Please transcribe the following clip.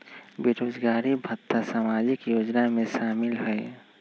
बेरोजगारी भत्ता सामाजिक योजना में शामिल ह ई?